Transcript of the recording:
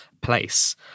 place